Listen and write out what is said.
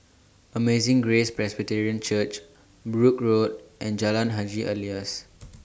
Amazing Grace Presbyterian Church Brooke Road and Jalan Haji Alias